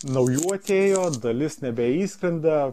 naujų atėjo dalis nebeišskrenda